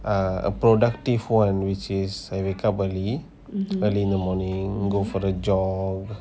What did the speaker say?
err a productive one which is I wake up early early in the morning you go for a jog